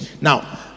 Now